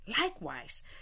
Likewise